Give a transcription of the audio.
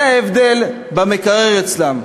זה ההבדל במקרר אצלם.